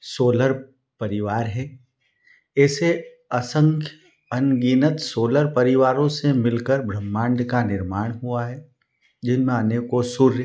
solar परिवार है ऐसे असँख्य अनगिनत सोलर परिवारों से मिलकर ब्रह्माण्ड का निर्माण हुआ है जिनमें अनेक सूर्य